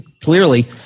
clearly